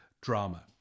drama